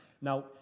Now